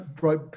right